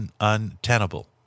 untenable